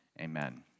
Amen